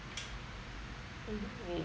mm mm